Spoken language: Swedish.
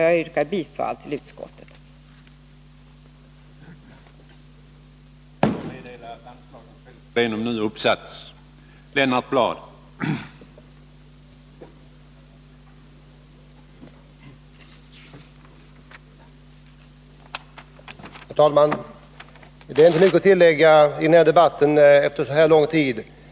Jag yrkar bifall till utskottets hemställan.